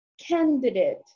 candidate